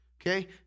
Okay